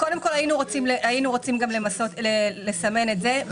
קודם כול, היינו רוצים לסמן גם את זה.